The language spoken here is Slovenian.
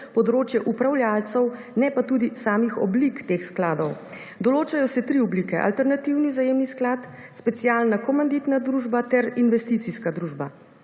področje upravljavcev ne pa tudi samih oblik teh skladov. Določajo se tri oblike: alternativni zajemni sklad, specialna komanditna družba ter investicijska družba.